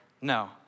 No